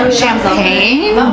champagne